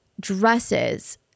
dresses